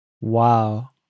Wow